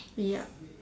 yup